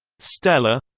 stella